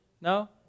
No